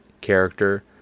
character